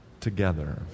together